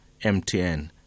MTN